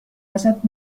ازت